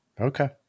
Okay